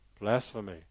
blasphemy